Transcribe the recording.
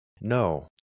no